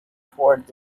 towards